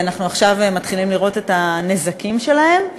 עכשיו אנחנו מתחילים לראות את הנזקים שלהן,